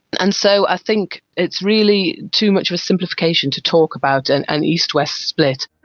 and so i think it's really too much of a simplification to talk about an an east-west split.